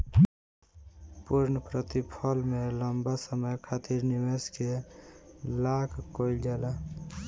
पूर्णप्रतिफल में लंबा समय खातिर निवेश के लाक कईल जाला